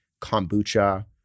kombucha-